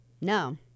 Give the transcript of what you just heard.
No